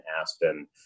Aspen